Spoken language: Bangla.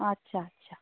আচ্ছা আচ্ছা